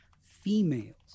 females